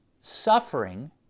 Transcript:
Suffering